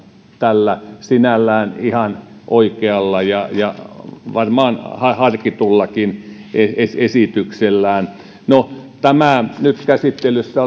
tällä sinällään ihan oikealla ja ja varmaan harkitullakin esityksellään no tämä nyt käsittelyssä